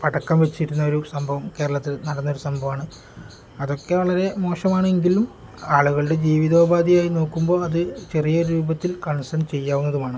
പടക്കം വെച്ചിരുന്ന ഒരു സംഭവം കേരളത്തിൽ നടന്നൊരു സംഭവമാണ് അതൊക്കെ വളരെ മോശമാണെങ്കിലും ആളുകളുടെ ജീവിതോപാധിയായി നോക്കുമ്പോൾ അത് ചെറിയ രൂപത്തിൽ കൺസെൻ ചെയ്യാവുന്നതുമാണ്